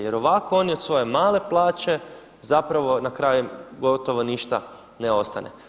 Jer ovako oni od svoje male plaće zapravo na kraju gotovo ništa ne ostane.